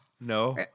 No